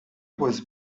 was